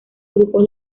grupos